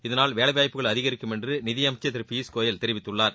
இதனால் வேலை வாய்ப்புகள் அதிகரிக்கும் என்று நிதியமைச்சர் திரு பியூஷ் கோயல் தெரிவித்துள்ளார்